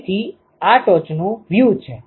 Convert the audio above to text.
તેથી આ ટોચનું વ્યુ છે